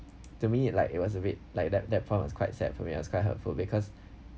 to me like it was a bit like that that point was quite sad for me I was quite hurtful because